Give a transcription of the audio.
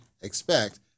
expect